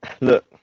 look